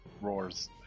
roars